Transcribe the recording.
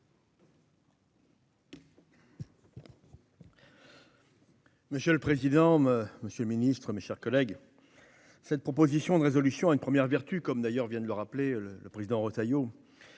Monsieur le président, monsieur le ministre, mes chers collègues, cette proposition de résolution a une première vertu, que vient d'ailleurs de rappeler le président Retailleau